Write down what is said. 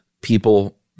people